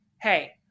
Hey